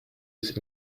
ist